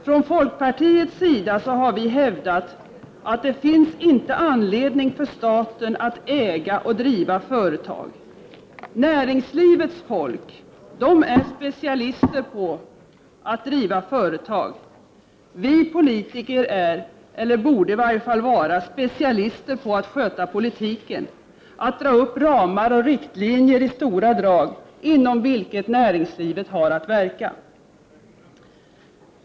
Från folkpartiets sida har vi hävdat att det inte finns anledning för staten att äga och driva företag. Näringslivets folk är specialister på att driva företag. Vi politiker är — eller borde i varje fall vara — specialister på att sköta politiken, att dra upp ramar och riktlinjer i stora drag, inom vilka näringslivet har att verka.